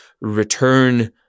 return